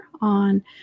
on